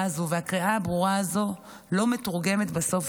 הזו והקריאה הברורה הזו לא מתורגמים בסוף,